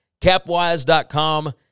Capwise.com